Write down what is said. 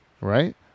right